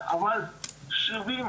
הבעיה,